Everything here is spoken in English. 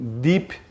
deep